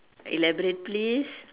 elaborate please